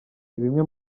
bimwe